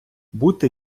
бути